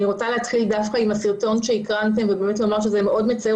אני רוצה להתחיל דווקא עם הסרטון שהקרנתם ובאמת לומר שזה מאוד מצער